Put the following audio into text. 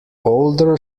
older